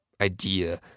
idea